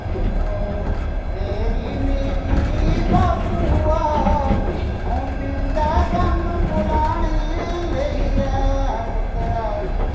सौ तेरी मिगी बाप्पूआ औ पींदा गम भुलाने लेई ऐ पुत्तरा